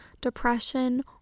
depression